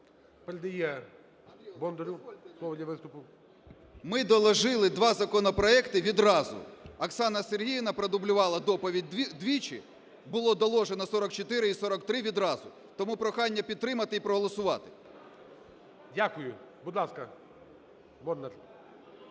Ми доложили два законопроекти відразу. Оксана Сергіївна продублювала доповідь двічі, було доложено 44 і 43 відразу, тому прохання підтримати і проголосувати. ГОЛОВУЮЧИЙ. Дякую. Будь ласка,